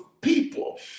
people